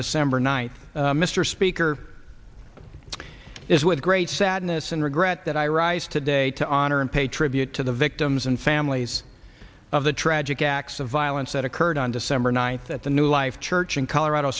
december night mr speaker is with great sadness and regret that i rise today to honor and pay tribute to the victims and families of the tragic acts of violence that occurred on december ninth at the new life church in colorado